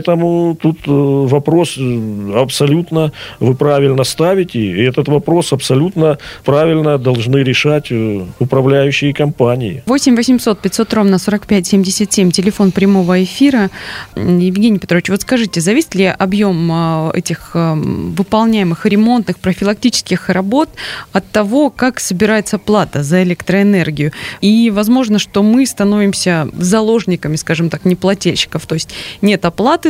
Поэтому тут, э, вопрос, э, абсолютно вы правильно ставите, и этот вопрос абсолютно правильно должны решать, э, управляющие компании. 8 800 500 ровно 45 77 телефон прямого эфира. М, Евгений Петрович, вот скажите, зависит ли объем, а, этих, эм, выполняемых ремонтных, профилактических работ от того, как собирается плата за электроэнергию? И возможно, что мы становимся заложниками, скажем так, неплательщиков. То есть нет оплаты,